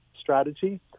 strategy